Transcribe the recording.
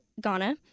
Ghana